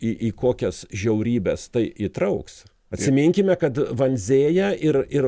į į kokias žiaurybes tai įtrauks atsiminkime kad vanzėja ir ir